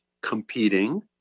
competing